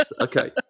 Okay